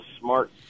smart